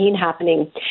happening